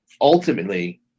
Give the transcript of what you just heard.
ultimately